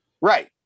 Right